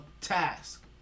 task